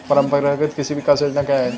परंपरागत कृषि विकास योजना क्या है?